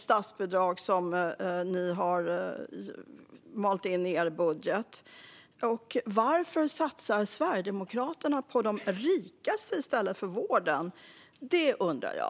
Statsbidragen ni malt in i er budget är ganska torftiga. Varför satsar Sverigedemokraterna på de rikaste i stället för på vården? Det undrar jag.